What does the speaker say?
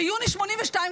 ביוני 1982,